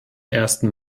ersten